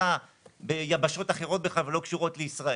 עושה ביבשות אחרות בכלל שלא קשור לישראל,